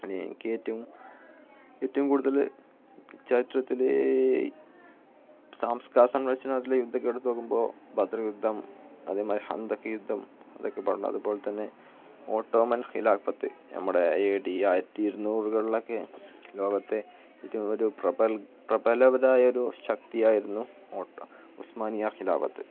പിന്നെനിക്കേറ്റവും ഏറ്റവും കൂടുതൽ ചരിത്രത്തിൽ സംസ്കാ സംരക്ഷണത്തിലെ യുദ്ധമൊക്കെ എടുത്തു നോക്കുമ്പോൾ ബദർ യുദ്ധം അതേമാതിരി ഹന്തക്ക് യുദ്ധം അതൊക്കെ പറഞ്ഞുണ്ട് അതുപോലെ തന്നെ ഓട്ടോമൻ ഖിലാഫത്ത് നമ്മുടെ ഏ ഡി ആയിരത്തി ഇരുനൂറുകളിലൊക്കെ ലോകത്തെ ഈ ഒരു പ്രബൽ പ്രബലവരായൊരു ശക്തിയായിരുന്നു ഓട്ടോ ഉസ്മാനിയ ഹിലാഫത്ത്